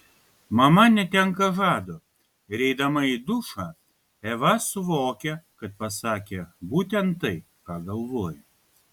mama netenka žado ir eidama į dušą eva suvokia kad pasakė būtent tai ką galvoja